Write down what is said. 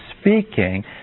speaking